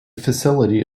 facility